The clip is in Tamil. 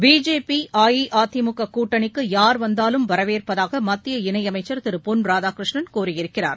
பிஜேபி அஇஅதிமுக கூட்டணிக்கு யார் வந்தாலும் வரவேற்பதாக மத்திய இணையமைச்சா் திரு பொன் ராதாகிருஷ்ணன் கூறியிருக்கிறார்